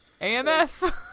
AMF